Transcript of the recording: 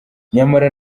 nyamara